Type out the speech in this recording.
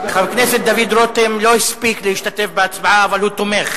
דוד רותם לא הספיק להשתתף בהצבעה, אבל הוא תומך.